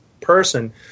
person